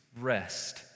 rest